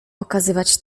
okazywać